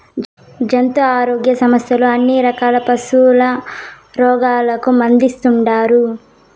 జంతు ఆరోగ్య సంస్థలు అన్ని రకాల పశుల రోగాలకు మందేస్తుండారు